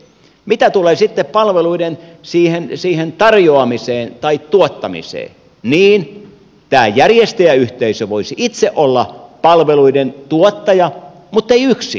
mitä tulee sitten palveluiden tarjoamiseen tai tuottamiseen tämä järjestäjäyhteisö voisi itse olla palveluiden tuottaja mutta ei yksin